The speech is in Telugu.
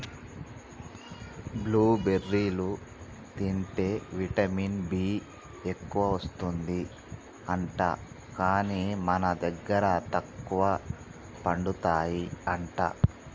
బ్లూ బెర్రీలు తింటే విటమిన్ బి ఎక్కువస్తది అంట, కానీ మన దగ్గర తక్కువ పండుతాయి అంట